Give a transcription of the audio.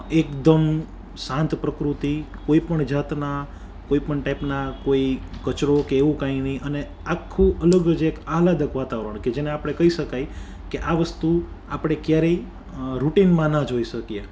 એકદમ શાંત પ્રકૃતિ કોઈપણ જાતના કોઈપણ ટાઈપના કોઈ કચરો કે એવું કાંઈ નઈ અને આખું અલગ જ એક આહલાદક વાતાવરણ કે જેને આપડે કઈ શકાય કે આ વસ્તુ આપડે ક્યારેય રૂટિનમાં ન જોઈ શકીએ